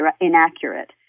inaccurate